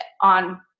on